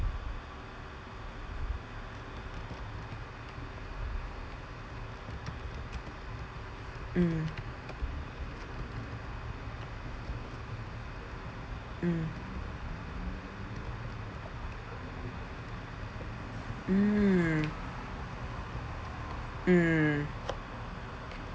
mm mm mm mm